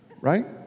right